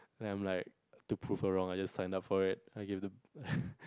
and I'm like to prove her wrong I just signed up for it I gave the